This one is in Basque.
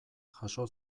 jaso